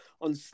on